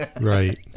Right